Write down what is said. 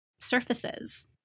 surfaces